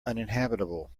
uninhabitable